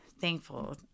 thankful